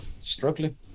struggling